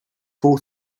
full